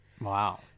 wow